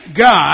God